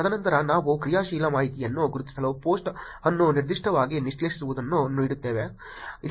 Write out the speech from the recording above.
ತದನಂತರ ನಾವು ಕ್ರಿಯಾಶೀಲ ಮಾಹಿತಿಯನ್ನು ಗುರುತಿಸಲು ಪೋಸ್ಟ್ ಅನ್ನು ನಿರ್ದಿಷ್ಟವಾಗಿ ವಿಶ್ಲೇಷಿಸುವುದನ್ನು ನೋಡಿದ್ದೇವೆ